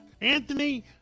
Anthony